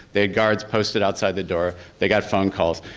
they had guards posted outside the door, they got phone calls.